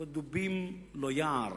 לא דובים ולא יער.